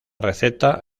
receta